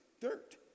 dirt